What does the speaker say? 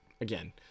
again